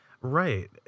right